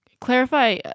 Clarify